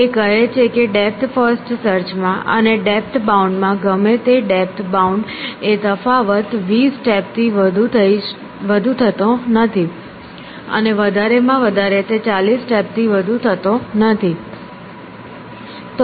તે કહે છે કે ડેપ્થ ફર્સ્ટ સર્ચ માં અને ડેપ્થ બાઉન્ડ માં ગમે તે ડેપ્થ બાઉન્ડ એ તફાવત 20 સ્ટેપ થી વધુ થતો નથી અને વધારે માં વધારે તે 40 સ્ટેપ થી વધુ થતો નથી